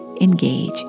engage